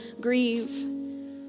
grieve